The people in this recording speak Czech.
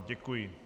Děkuji.